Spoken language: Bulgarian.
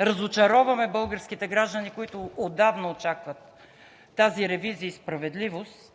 разочароваме българските граждани, които отдавна очакват тази ревизия и справедливост,